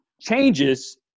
changes